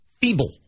feeble